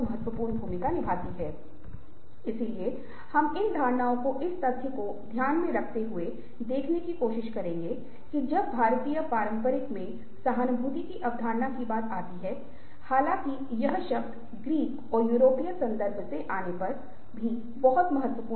वास्तव में जब मैं साइलेंसके बारे में बात करता हूं तो मैं आपको दिलचस्प ग्राफ दिखाऊंगा जो लंबे समय पहले मेरे एक छात्र ने मेरे साथ साझा किया था और वह भी शायद हमें उस तरीके से अंतर्दृष्टि प्रदान करेगा जैसे हम मनाते हैं